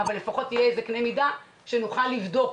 אבל לפחות יהיה קנה מידה שנוכל לבדוק